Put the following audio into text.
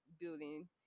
building